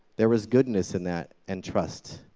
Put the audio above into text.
there was goodness in that, and trust.